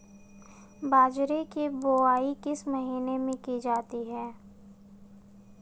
बाजरे की बुवाई किस महीने में की जाती है?